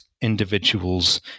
individuals